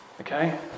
Okay